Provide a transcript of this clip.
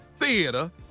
Theater